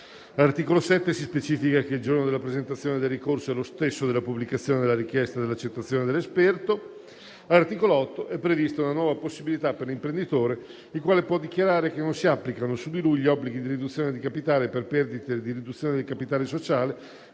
All'articolo 7 si specifica che il giorno della presentazione del ricorso è lo stesso della pubblicazione della richiesta dell'accettazione dell'esperto. All'articolo 8 è prevista una nuova possibilità per l'imprenditore, il quale può dichiarare che non si applicano su di lui gli obblighi di riduzione del capitale per perdite di riduzione dei capitali sociali,